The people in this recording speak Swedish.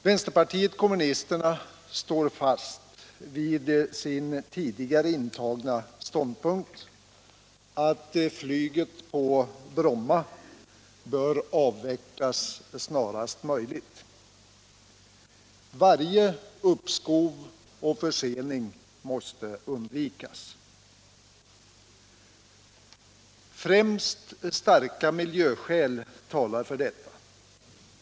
Vänsterpartiet kommunisterna står fast vid sin tidigare intagna ståndpunkt, att flyget på Bromma bör avvecklas snarast möjligt. Varje uppskov och försening måste undvikas. Främst starka miljöskäl talar för detta.